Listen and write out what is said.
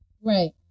Right